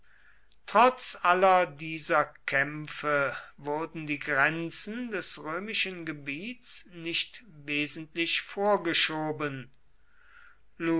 trotz aller dieser kämpfe wurden die grenzer des römischen gebiets nicht wesentlich vorgeschoben